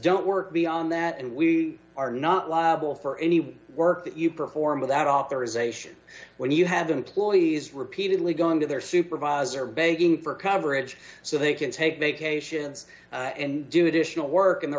don't work beyond that and we are not liable nine for any work that you perform without authorization when you have employees repeatedly going to their supervisor begging for coverage so they can take vacations and do additional work and the